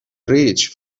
ریچ